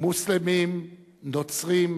מוסלמים, נוצרים,